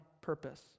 purpose